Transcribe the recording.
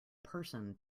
person